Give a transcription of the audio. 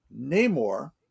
Namor